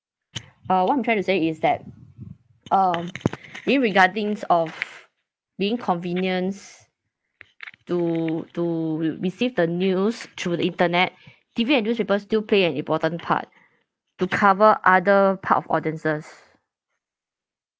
uh what I'm trying to say is that um in regardings of being convenience to to receive the news through the internet T_V and newspapers still play an important part to cover other part of audiences